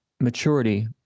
maturity